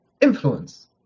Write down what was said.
influence